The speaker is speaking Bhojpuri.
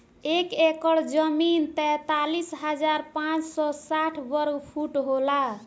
एक एकड़ जमीन तैंतालीस हजार पांच सौ साठ वर्ग फुट होला